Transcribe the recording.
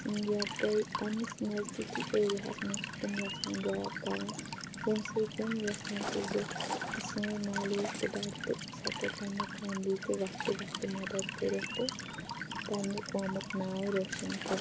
یا بیٚیہِ پَننِس نَزدیٖکی ایریا ہَس منٛز چھِ تِم یَژھان جوٛاب کرُن ییٚمہِ سۭتۍ تِم یَژھان چھِ زِ سٲنۍ نوٛالیج تہِ بَڑھہِ تہٕ أسۍ ہیٚکو پَننہِ فیملی تہِ وقتہٕ وقتہٕ مدد کٔرِتھ تہٕ پَننہِ قومُک ناو روشن کٔرِتھ